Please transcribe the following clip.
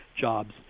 jobs